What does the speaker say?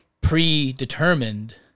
predetermined